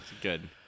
good